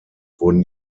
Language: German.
wurden